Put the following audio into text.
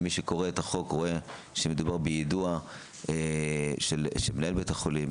מי שקורא את החוק רואה שמדובר ביידוע של מנהל בית החולים,